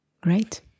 Great